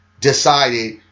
decided